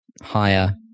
Higher